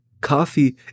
Coffee